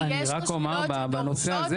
יש רשויות שדורשות לשלם עד סוף שנה.